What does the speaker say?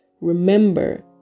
Remember